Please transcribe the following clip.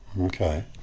Okay